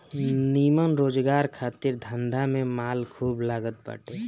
निमन रोजगार खातिर धंधा में माल खूब लागत बाटे